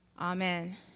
amen